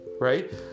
right